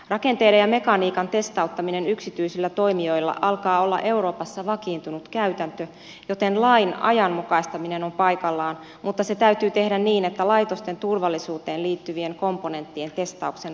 rakenteiden ja mekaniikan testauttaminen yksityisillä toimijoilla alkaa olla euroopassa vakiintunut käytäntö joten lain ajanmukaistaminen on paikallaan mutta se täytyy tehdä niin että laitosten turvallisuuteen liittyvien komponenttien testauksen laatu ei kärsi